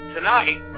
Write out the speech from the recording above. Tonight